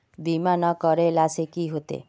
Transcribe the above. बीमा ना करेला से की होते?